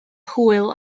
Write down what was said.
hwyl